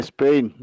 Spain